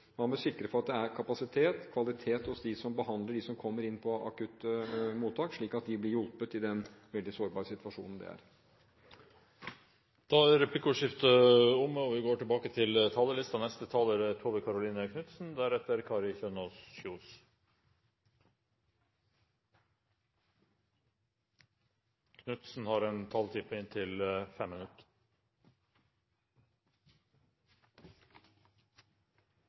man har gjort noe, bør man være tilbakeholdne med. Man bør være sikker på at det er kapasitet og kvalitet hos dem som behandler dem som kommer inn på akuttmottak, slik at de blir hjulpet i den veldig sårbare situasjonen de er i. Replikkordskiftet er omme. Av og til – en og annen gang – leser jeg innlegg på